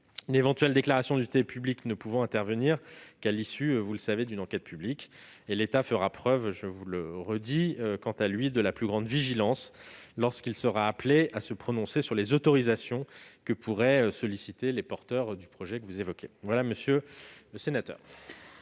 une éventuelle déclaration d'utilité publique ne pouvant intervenir qu'à l'issue d'une enquête publique. L'État fera preuve, quant à lui, de la plus grande vigilance lorsqu'il sera appelé à se prononcer sur les autorisations que pourraient solliciter les porteurs du projet que vous évoquez. La parole est